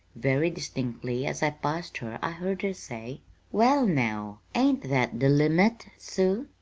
very distinctly as i passed her i heard her say well, now, ain't that the limit, sue?